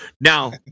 now